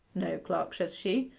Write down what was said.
no, clerk, says she,